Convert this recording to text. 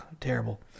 terrible